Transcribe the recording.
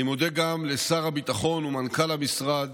אני מודה גם לשר הביטחון ולמנכ"ל המשרד,